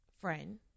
friend